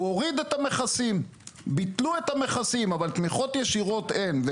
הוא הוריד את המכסים, אבל תמיכות ישירות אין.